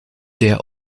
der